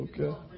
okay